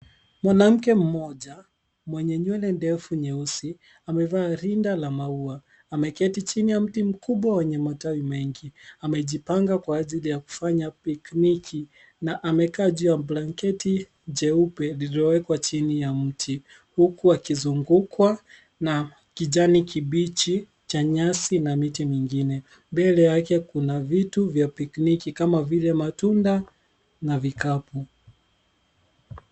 Mwanamke mmoja mwenye nywele ndefu nyeusi amevaa rinda la maua. Ameketi chini ya mti mkubwa wenye matawi mengi. Amejipanga kwa ajili ya kufanya pikniki na amekaa juu ya blanketi jeupe lililowekwa chini ya mti huku akizungukwa na kijani kibichi cha nyasi na miti mingine. Mbele yake kuna vitu vya pikniki kama vile matunda na vikapu.